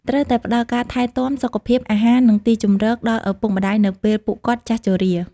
ត្រូវតែផ្តល់ការថែទាំ សុខភាព អាហារ និងទីជម្រកដល់ឪពុកម្តាយនៅពេលពួកគាត់ចាស់ជរា។